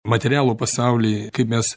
materialų pasaulį kaip mes